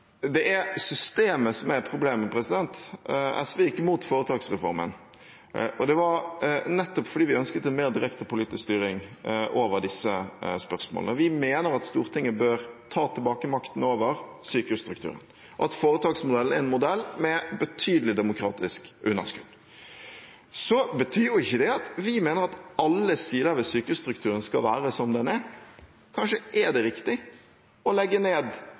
Det er systemet som er problemet. SV gikk imot foretaksreformen, og det var nettopp fordi vi ønsket en mer direkte politisk styring over disse spørsmålene. Vi mener at Stortinget bør ta tilbake makten over sykehusstrukturen, at foretaksmodellen er en modell med betydelig demokratisk underskudd. Så betyr jo ikke det at vi mener at alle sider ved sykehusstrukturen skal være som den er. Kanskje er det riktig å legge ned